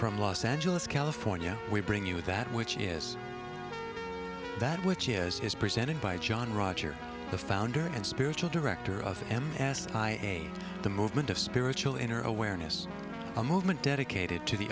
from los angeles california we bring you that which is that which is is presented by john roger the founder and spiritual director of am as i am the movement of spiritual inner awareness a movement dedicated to the